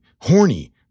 horny